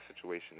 situation